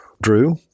Drew